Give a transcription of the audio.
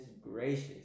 gracious